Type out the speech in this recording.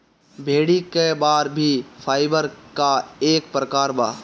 भेड़ी क बार भी फाइबर क एक प्रकार बा